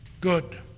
Good